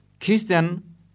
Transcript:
Christian